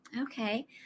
okay